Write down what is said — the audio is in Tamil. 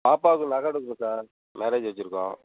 பாப்பாவுக்கு நகை எடுக்கணும் சார் மேரேஜ் வச்சிருக்கோம்